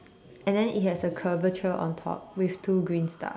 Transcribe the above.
and then it has a curvature on top with two green stuff